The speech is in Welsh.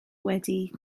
wedi